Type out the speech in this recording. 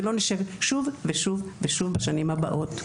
ושלא נשב שוב ושוב בשנים הבאות.